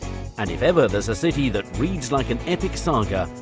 and if ever there's a city that reads like an epic saga,